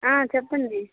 చెప్పండి